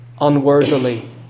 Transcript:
unworthily